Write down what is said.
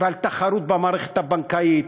ועל תחרות במערכת הבנקאית,